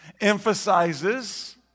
emphasizes